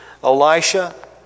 Elisha